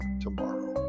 tomorrow